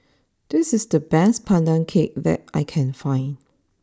this is the best Pandan Cake that I can find